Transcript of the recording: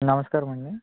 నమస్కారం అండి